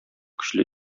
көчле